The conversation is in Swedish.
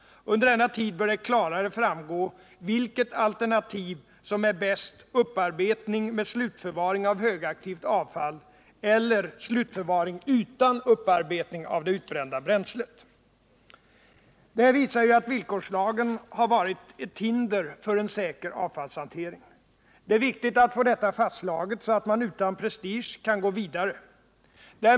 Under denna tid bör det klarare framgå vilket alternativ som är bäst, upparbetning med slutförvaring av högaktivt avfall eller slutförvaring utan upparbetning av det utbrända bränslet. Detta visar att villkorslagen varit ett hinder för en säker avfallshantering. Det är viktigt att få detta fastslaget, så att man utan prestige kan gå vidare.